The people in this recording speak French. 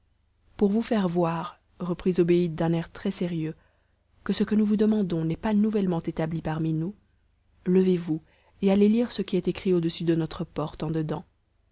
pour vous faire voir reprit zobéide d'un air trèssérieux que ce que nous vous demandons n'est pas nouvellement établi parmi nous levez-vous et allez lire ce qui est écrit audessus de notre porte en dedans